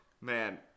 Man